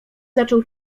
zaczął